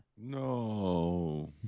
No